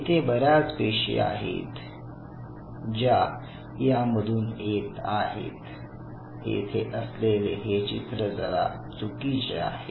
येथे बऱ्याच पेशी आहेत ज्या यामधून येत आहेत येथे असलेले हे चित्र जरा चुकीचे आहे